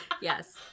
yes